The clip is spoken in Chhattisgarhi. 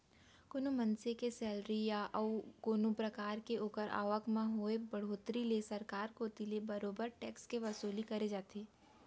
कोनो मनसे के सेलरी या अउ कोनो परकार के ओखर आवक म होय बड़होत्तरी ले सरकार कोती ले बरोबर टेक्स के वसूली करे जाथे